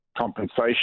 compensation